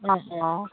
অঁ অঁ